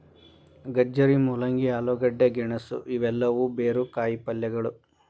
ಗಜ್ಜರಿ, ಮೂಲಂಗಿ, ಆಲೂಗಡ್ಡೆ, ಗೆಣಸು ಇವೆಲ್ಲವೂ ಬೇರು ಕಾಯಿಪಲ್ಯಗಳು